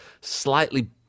slightly